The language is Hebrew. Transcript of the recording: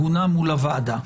הגונה מול הוועדה.